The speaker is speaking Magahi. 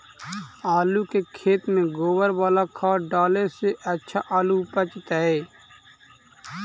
आलु के खेत में गोबर बाला खाद डाले से अच्छा आलु उपजतै?